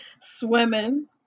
swimming